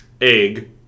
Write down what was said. egg